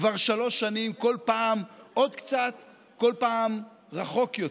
כבר שלוש שנים, כל פעם עוד קצת, כל פעם רחוק יותר.